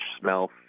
smell